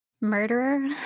murderer